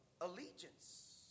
allegiance